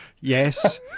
Yes